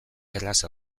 erraz